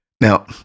Now